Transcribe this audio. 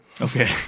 Okay